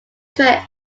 trail